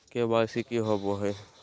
KYC की होबो है?